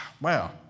Wow